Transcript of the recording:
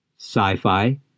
sci-fi